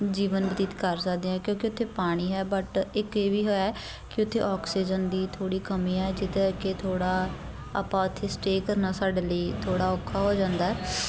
ਜੀਵਨ ਬਤੀਤ ਕਰ ਸਕਦੇ ਆ ਕਿਉਂਕਿ ਉੱਥੇ ਪਾਣੀ ਹੈ ਬਟ ਇੱਕ ਇਹ ਵੀ ਹੋਇਆ ਕਿ ਉੱਥੇ ਆਕਸੀਜਨ ਦੀ ਥੋੜ੍ਹੀ ਕਮੀ ਹੈ ਜਿਹਦੇ ਕਰਕੇ ਥੋੜ੍ਹਾ ਆਪਾਂ ਉੱਥੇ ਸਟੇਅ ਕਰਨਾ ਸਾਡੇ ਲਈ ਥੋੜ੍ਹਾ ਔਖਾ ਹੋ ਜਾਂਦਾ